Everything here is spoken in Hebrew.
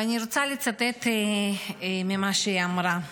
ואני רוצה לצטט ממה שהיא אמרה.